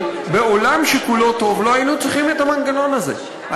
בעולם שכולו טוב לא היינו צריכים את המנגנון הזה,